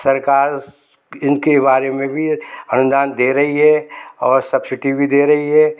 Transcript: सरकार इनके बारे में भी अनुदान दे रही है और सब्सिडी भी दे रही है